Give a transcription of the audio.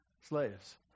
slaves